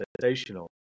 sensational